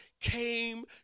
came